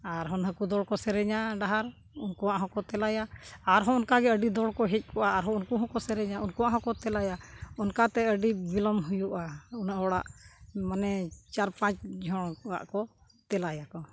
ᱟᱨᱦᱚᱸ ᱱᱩᱠᱩ ᱫᱚᱞ ᱠᱚ ᱥᱮᱨᱮᱧᱟ ᱰᱟᱦᱟᱨ ᱩᱱᱠᱩᱣᱟᱜ ᱦᱚᱸᱠᱚ ᱛᱮᱞᱟᱭᱟ ᱟᱨᱦᱚᱸ ᱚᱱᱠᱟ ᱜᱮ ᱟᱰᱤ ᱫᱚᱞ ᱠᱚ ᱦᱮᱡ ᱠᱚᱜᱼᱟ ᱟᱨᱦᱚᱸ ᱩᱱᱠᱩ ᱦᱚᱸᱠᱚ ᱥᱮᱨᱮᱧᱟ ᱩᱱᱠᱩᱣᱟᱜ ᱦᱚᱸᱠᱚ ᱛᱮᱞᱟᱭᱟ ᱚᱱᱠᱟᱛᱮ ᱟᱹᱰᱤ ᱵᱤᱞᱚᱢ ᱦᱩᱭᱩᱜᱼᱟ ᱩᱱᱟᱹᱜ ᱦᱚᱲᱟᱜ ᱢᱟᱱᱮ ᱪᱟᱨ ᱯᱟᱸᱪ ᱡᱚᱲ ᱠᱚᱣᱟᱜ ᱠᱚ ᱛᱮᱞᱟᱭᱟᱠᱚ